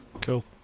Cool